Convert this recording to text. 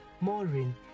Maureen